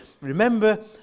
Remember